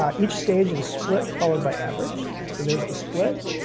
um each stage is split followed by average. so there's the split.